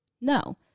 No